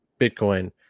Bitcoin